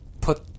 put